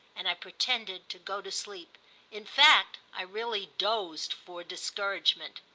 and i pretended to go to sleep in fact i really dozed for discouragement.